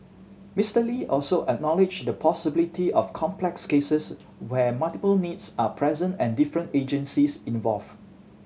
Mister Lee also acknowledged the possibility of complex cases where multiple needs are present and different agencies involved